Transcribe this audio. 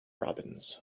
robins